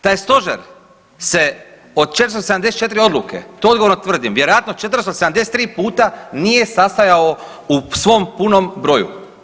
Taj stožer se od 474 odluke, to odgovorno tvrdim, vjerojatno 473 puta nije sastojao u svom punom broju.